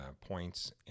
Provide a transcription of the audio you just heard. points